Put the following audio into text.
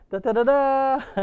da-da-da-da